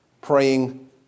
praying